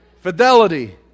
Fidelity